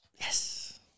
Yes